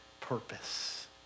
purpose